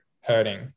hurting